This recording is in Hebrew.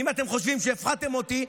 אם אתם חושבים שהפחדתם אותי,